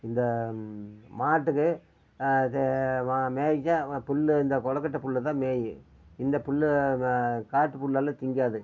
இந்த மாட்டுக்கு இது மா மேய்ஞ்சா புல் இந்த குளக்கட்டு புல் தான் மேயும் இந்த புல் காட்டு புல்லெல்லாம் திங்காது